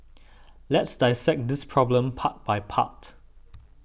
let's dissect this problem part by part